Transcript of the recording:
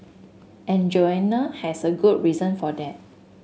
and Joanna has a good reason for that